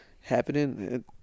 happening